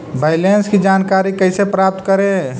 Balance की जानकारी कैसे प्राप्त करे?